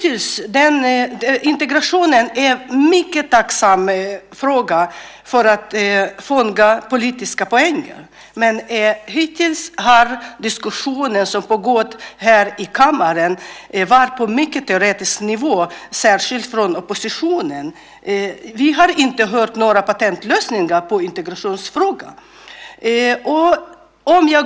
Integrationen är en mycket tacksam fråga när det gäller att fånga politiska poänger. Men hittills har diskussionen som pågått här i kammaren varit på en mycket teoretisk nivå, särskilt från oppositionen. Vi har inte hört några patentlösningar i integrationsfrågan.